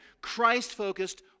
Christ-focused